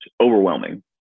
overwhelming